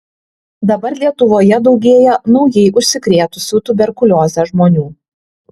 dabar lietuvoje daugėja naujai užsikrėtusių tuberkulioze žmonių